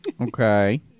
okay